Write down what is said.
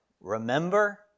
Remember